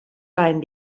time